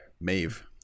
Maeve